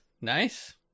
Nice